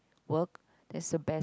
work there's the best